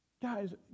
Guys